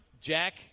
Jack